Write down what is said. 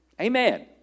Amen